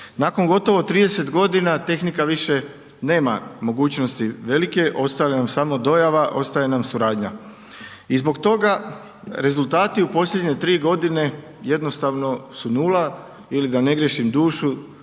Nakon gotovo 30 g. tehnika više nema mogućnosti velike, ostaje nam samo dojava, ostaje nam suradnja. I zbog toga rezultati u posljednje 3 g. jednostavno su nula ili da ne griješim dušu,